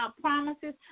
promises